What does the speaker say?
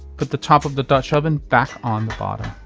but the top of the dutch oven back on the bottom.